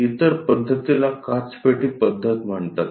इतर पद्धतीला काचपेटी पद्धत म्हणतात